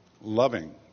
loving